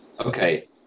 Okay